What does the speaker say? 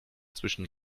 zwischen